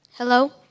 Hello